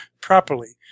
properly